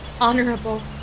Honorable